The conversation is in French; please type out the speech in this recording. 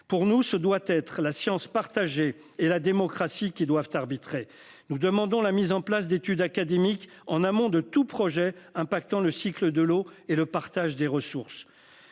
Pour nous, ce doit être la science partagée et la démocratie qui doivent arbitrer. Nous demandons la mise en place d'études académiques en amont de tout projet impactant le cycle de l'eau et le partage des ressources.